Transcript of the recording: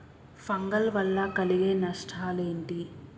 Fungal వల్ల కలిగే నష్టలేంటి?